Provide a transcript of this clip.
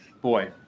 Boy